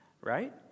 right